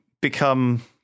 become